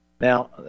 Now